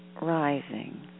rising